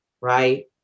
right